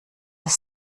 das